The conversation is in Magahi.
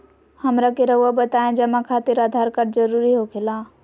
हमरा के रहुआ बताएं जमा खातिर आधार कार्ड जरूरी हो खेला?